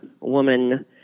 woman